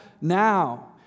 now